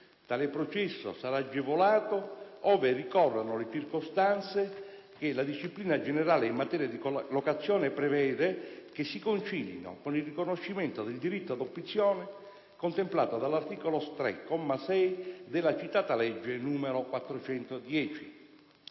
tale processo sarà agevolato ove ricorrano le circostanze che la disciplina generale in materia di locazione prevede che si concilino con il riconoscimento del diritto d'opzione contemplato dall'articolo 3, comma 6, della citata legge n. 410.